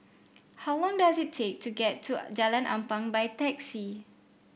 how long does it take to get to Jalan Ampang by taxi